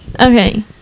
Okay